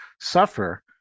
suffer